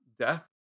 death